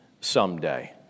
Someday